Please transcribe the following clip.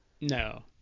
No